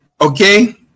Okay